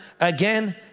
again